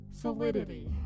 Solidity